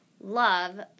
love